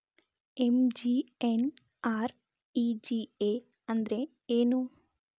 MGNREGA ಅಂದ್ರೆ ಏನು?